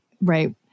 right